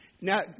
Now